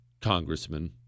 Congressman